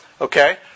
Okay